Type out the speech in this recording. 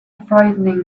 frightening